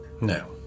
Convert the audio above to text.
No